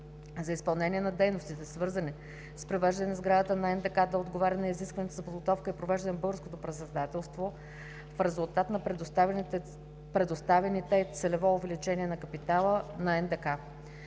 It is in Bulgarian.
за изпълнение на дейностите, свързани с привеждане на сградата на НДК да отговаря на изискванията за подготовка и провеждане на Българското председателство, в резултат на предоставените целево увеличения на капитала на